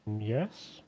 Yes